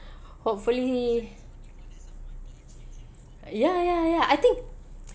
hopefully ya ya ya I think